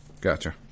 Gotcha